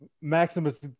Maximus